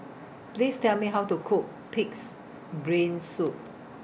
Please Tell Me How to Cook Pig'S Brain Soup